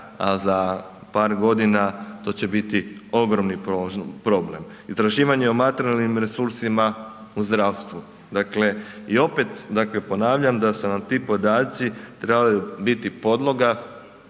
a za par godina to će biti ogromni problem. Istraživanje o materijalnim resursima u zdravstvu, dakle i opet ponavljam da su nam ti podaci trebali biti podloga